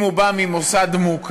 אם הוא בא ממוסד מוכר,